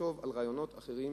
ולחשוב על רעיונות אחרים,